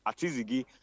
Atizigi